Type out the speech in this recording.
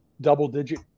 double-digit